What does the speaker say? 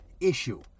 issue